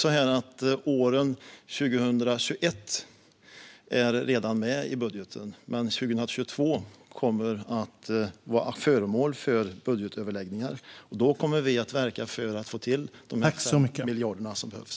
År 2021 är ju redan med i budgeten, men år 2022 kommer att vara föremål för budgetöverläggningar. Då kommer vi att verka för att få till de extra miljarder som behövs.